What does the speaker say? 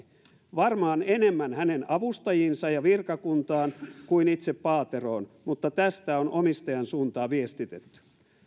varmaan enemmän hänen avustajiinsa ja virkakuntaan kuin itse paateroon mutta tästä on omistajan suuntaan viestitetty